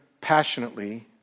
passionately